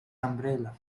umbrella